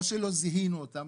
או שלא זיהינו אותם.